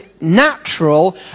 natural